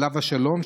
עליו השלום,